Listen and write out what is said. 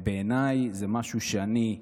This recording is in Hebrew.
בעיניי זה משהו שאני,